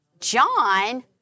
John